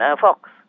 fox